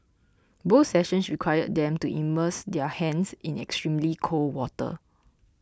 both sessions required them to immerse their hands in extremely cold water